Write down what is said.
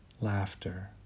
laughter